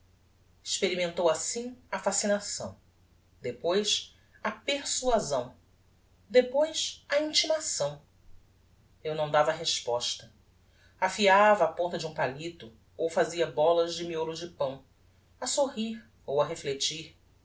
experimentou assim a fascinação depois a persuasão depois a intimação eu não dava resposta afiava a ponta de um palito ou fazia bolas de miolo de pão a sorrir ou a reflectir